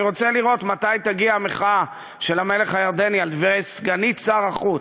אני רוצה לראות מתי תגיע המחאה של המלך הירדני על דברי סגנית שר החוץ.